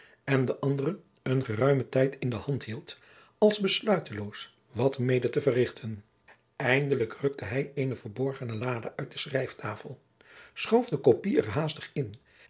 en de andere een geruimen tijd in de hand hield als besluiteloos wat er mede te verrichten eindelijk rukte hij eene verborgene lade uit de schrijftafel schoof de kopij er haastig in